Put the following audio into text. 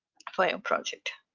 for your project.